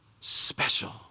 special